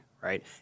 right